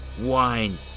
wine